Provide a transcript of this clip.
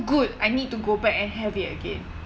good I need to go back and have it again